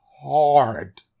hard